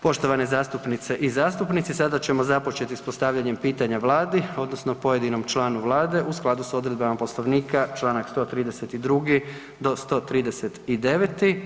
Poštovane zastupnice i zastupnici sada ćemo započeti s postavljanjem pitanja Vladi odnosno pojedinom članu Vlade u skladu s odredbama Poslovnika Članak 132. do 139.